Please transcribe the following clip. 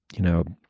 you know,